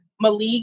Malik